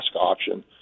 option